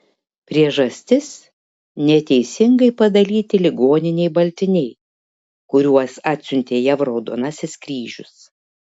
priežastis neteisingai padalyti ligoninei baltiniai kuriuos atsiuntė jav raudonasis kryžius